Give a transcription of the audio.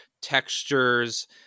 textures